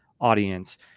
audience